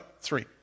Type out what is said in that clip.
three